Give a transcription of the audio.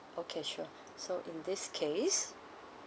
okay sure so in this case